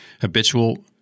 habitual